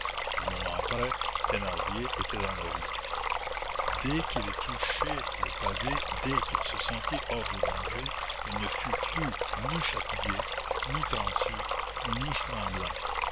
un moment après thénardier était dans la rue dès qu'il eut touché le pavé dès qu'il se sentit hors de danger il ne fut plus ni fatigué ni transi ni tremblant